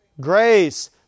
grace